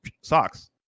socks